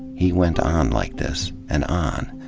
he went on like this. and on.